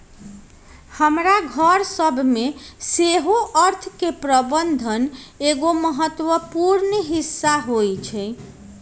हमरो घर सभ में सेहो अर्थ के प्रबंधन एगो महत्वपूर्ण हिस्सा होइ छइ